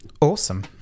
Awesome